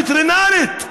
וטרינרית,